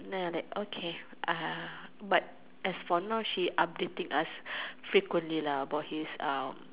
then like that okay uh but as for now she updating us frequently lah about his um